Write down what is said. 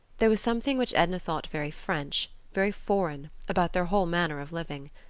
there was something which edna thought very french, very foreign, about their whole manner of living.